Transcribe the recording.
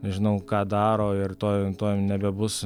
nežinau ką daro ir tuoj tuoj nebebus